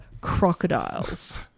crocodiles